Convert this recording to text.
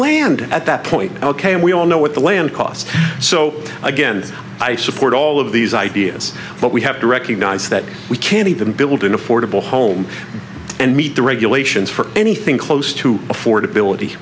land at that point ok and we all know what the land costs so again i support all of these ideas but we have to recognize that we can't even build an affordable home and meet the regulations for anything close to affordability